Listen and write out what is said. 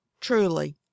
Truly